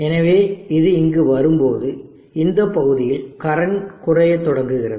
எனவே இது இங்கு வரும்போது இந்த பகுதியில் கரண்ட் குறையத் தொடங்குகிறது